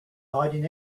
hiding